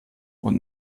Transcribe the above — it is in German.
und